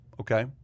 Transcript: okay